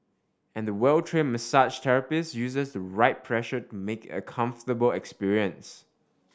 and the well trained massage therapist uses the right pressure to make it a comfortable experience